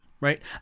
Right